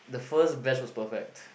the first batch was perfect